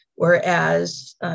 Whereas